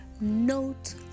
note